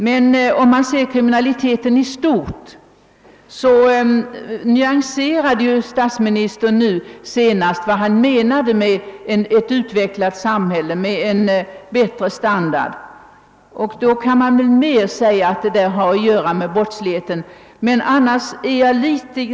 Beträffande kriminaliteten i stort nyanserade statsministern i sitt senaste anförande sitt uttalande om vad han menade med att ett utvecklat samhälle och en bättre standard är brottsförebyggande. Med den betydelse som han då lade in i orden kan man hålla med om att en bättre standard motverkar brottslighet.